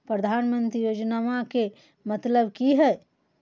प्रधानमंत्री योजनामा के मतलब कि हय?